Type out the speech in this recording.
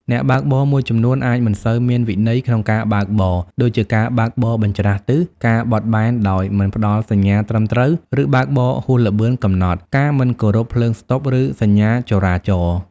អ្នកបើកបរមួយចំនួនអាច មិនសូវមានវិន័យ ក្នុងការបើកបរ ដូចជាការបើកបរបញ្ច្រាសទិស ការបត់បែនដោយមិនផ្តល់សញ្ញាត្រឹមត្រូវ ការបើកបរហួសល្បឿនកំណត់ ការមិនគោរពភ្លើងស្តុប ឬសញ្ញាចរាចរណ៍។